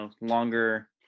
longer